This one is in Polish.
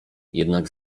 jednak